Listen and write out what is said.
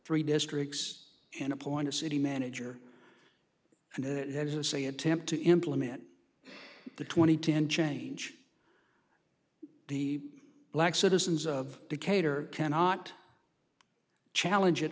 three districts in appoint a city manager and there's a say attempt to implement the twenty ten change the black citizens of decatur cannot challenge it